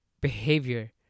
behavior